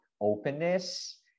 Openness